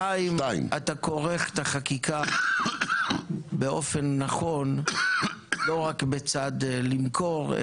שתיים אתה כורך את החקיקה באופן נכון לא רק בצד למכור,